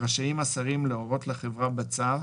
רשאים השרים להורות לחברה בצו,